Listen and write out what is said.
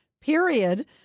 period